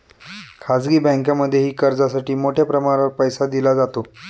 खाजगी बँकांमध्येही कर्जासाठी मोठ्या प्रमाणावर पैसा दिला जातो